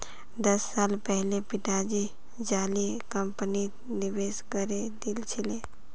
दस साल पहले पिताजी जाली कंपनीत निवेश करे दिल छिले